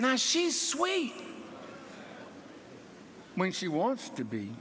now she's sweet when she wants to be